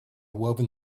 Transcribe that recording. woven